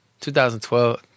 2012